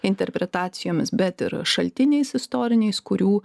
interpretacijomis bet ir šaltiniais istoriniais kurių